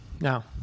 now